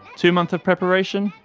two months of preparation,